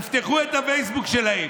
תפתחו את הפייסבוק שלהם.